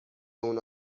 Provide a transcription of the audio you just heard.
اونو